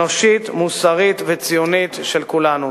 אנושית, מוסרית וציונית של כולנו.